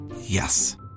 Yes